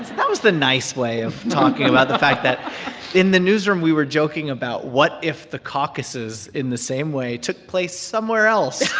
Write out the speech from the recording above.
that was the nice way of talking about the fact that in the newsroom, we were joking about what if the caucuses, in the same way, took place somewhere else,